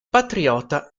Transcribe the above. patriota